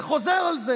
וחוזר על זה